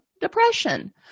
depression